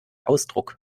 ausdruck